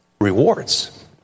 Rewards